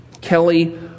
Kelly